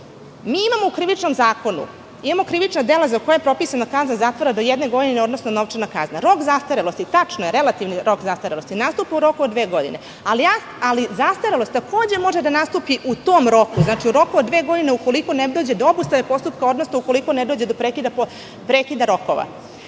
imamo u Krivičnom zakonu krivična dela za koja je propisana kazna zatvora do jedne godine, odnosno novčana kazna. Rok zastarelosti, tačno je, relativni rok zastarelosti nastupa u roku od dve godine, ali zastarelost takođe može da nastupi u tom roku, u roku od dve godine, ukoliko ne dođe do obustave postupka, odnosno ukoliko ne dođe do prekida rokova.